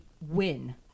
win